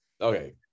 okay